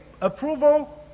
approval